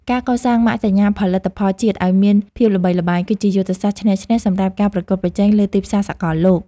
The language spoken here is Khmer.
ការកសាងម៉ាកសញ្ញាផលិតផលជាតិឱ្យមានភាពល្បីល្បាញ គឺជាយុទ្ធសាស្ត្រឈ្នះឈ្នះសម្រាប់ការប្រកួតប្រជែងលើទីផ្សារសកលលោក។